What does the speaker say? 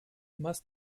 must